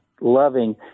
loving